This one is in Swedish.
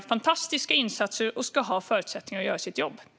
De gör fantastiska insatser och ska ha rätt förutsättningar för att kunna göra sitt jobb.